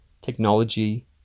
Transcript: technology